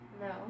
No